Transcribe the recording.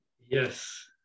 Yes